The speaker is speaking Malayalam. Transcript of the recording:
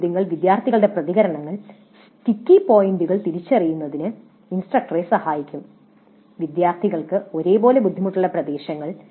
ചില ചോദ്യങ്ങൾക്ക് വിദ്യാർത്ഥികളുടെ പ്രതികരണങ്ങൾ സ്റ്റിക്കി പോയിൻറുകൾ തിരിച്ചറിയുന്നതിന് ഇൻസ്ട്രക്ടറെ സഹായിക്കും വിദ്യാർത്ഥികൾക്ക് ഒരേപോലെ ബുദ്ധിമുട്ടുള്ള പ്രദേശങ്ങൾ